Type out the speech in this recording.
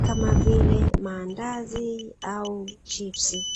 kama vile maandazi au chipsi.